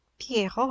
pierrot